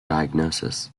diagnosis